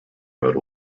rode